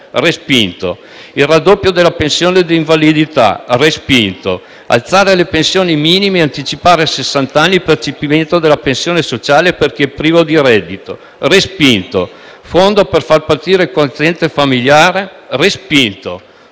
respinto; il raddoppio della pensione d'invalidità: respinto; alzare le pensioni minime e anticipare a sessanta anni il percepimento della «pensione sociale» per chi è privo di reddito: respinto; fondo per far partire il quoziente familiare di